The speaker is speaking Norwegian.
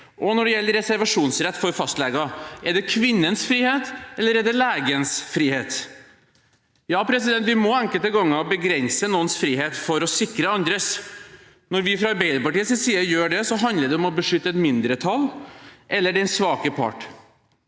Når det gjelder reservasjonsrett for fastleger, er det kvinnens frihet, eller er det legens frihet? Ja, vi må enkelte ganger begrense noens frihet for å sikre andres. Når vi fra Arbeiderpartiets side gjør det, handler det om å beskytte et mindretall, eller den svake part.